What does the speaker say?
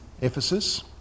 Ephesus